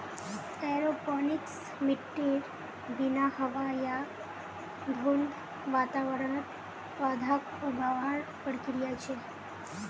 aeroponics मिट्टीर बिना हवा या धुंध वातावरणत पौधाक उगावार प्रक्रिया छे